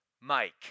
Mike